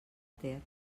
ter